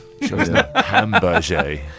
Hamburger